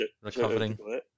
recovering